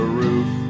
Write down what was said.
roof